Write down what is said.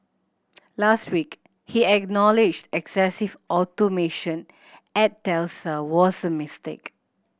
last week he acknowledged excessive automation at Tesla was a mistake